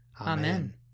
Amen